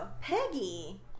Peggy